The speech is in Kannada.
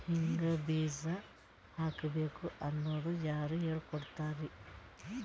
ಹಿಂಗ್ ಬೀಜ ಹಾಕ್ಬೇಕು ಅನ್ನೋದು ಯಾರ್ ಹೇಳ್ಕೊಡ್ತಾರಿ?